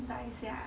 等一下